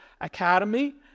academy